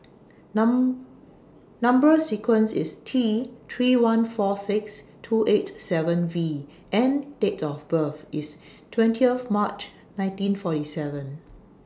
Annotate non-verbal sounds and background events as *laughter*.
*noise* Number sequence IS T three one four six two eight seven V and Date of birth IS twentieth March nineteen forty seven